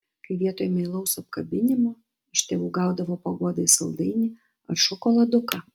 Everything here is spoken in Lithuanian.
kai vietoj meilaus apkabinimo iš tėvų gaudavo paguodai saldainį ar šokoladuką